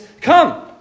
come